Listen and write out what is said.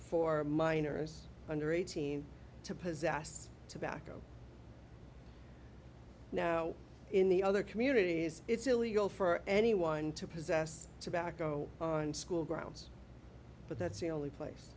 for minors under eighteen to possess tobacco now in the other communities it's illegal for anyone to possess tobacco on school grounds but that's the only place